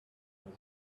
was